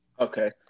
Okay